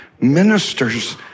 ministers